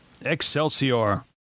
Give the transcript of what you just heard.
Excelsior